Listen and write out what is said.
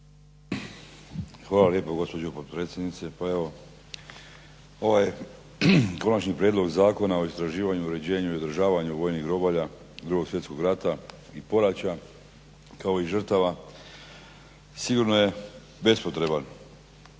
Hvala lijepa gospođo potpredsjednice. Pa evo ovaj Konačni prijedlog Zakona o istraživanju, uređenju i održavanju vojnih groblja iz 2. svjetskog rata i poraća kao i žrtava sigurno je bespotreban